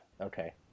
Okay